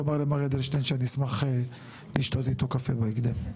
תאמר למר אדלשטיין שאני אשמח לשתות איתו קפה בהקדם.